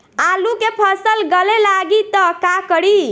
आलू के फ़सल गले लागी त का करी?